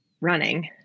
running